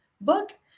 Book